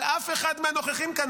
אבל אף אחד מהנוכחים כאן,